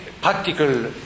practical